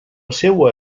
seua